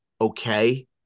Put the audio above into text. okay